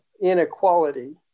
inequality